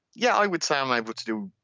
yeah, i would say i'm able to do,